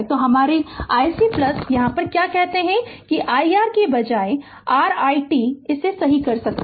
तो हमारे iC यहाँ क्या कहते हैं कि iR के बजाय r i t इसे सही कर सकता है